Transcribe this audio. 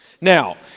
Now